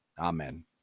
Amen